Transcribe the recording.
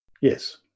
Yes